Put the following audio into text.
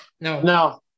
No